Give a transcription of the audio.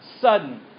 Sudden